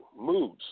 Moods